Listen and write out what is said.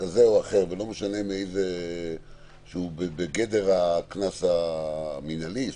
כזה או אחר, שהוא בגדר הקנס המינהלי,